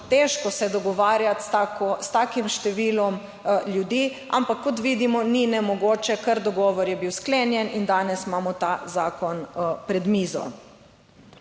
težko se dogovarjati s takim številom ljudi. Ampak, kot vidimo, ni nemogoče, ker dogovor je bil sklenjen in danes imamo ta zakon na mizi.